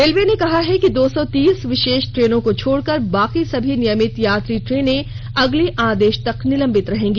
railway ने कहा है कि दो सौ तीस विशेष ट्रेनों को छोड़कर बाकी सभी नियमित यात्री ट्रेनें अगले आदेश तक निलंबित रहेंगी